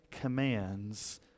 commands